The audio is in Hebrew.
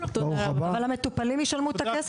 אבל המטופלים ישלמו את הכסף הזה.